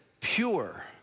pure